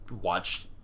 watch